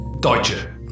Deutsche